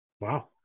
Wow